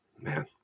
Man